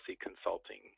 consulting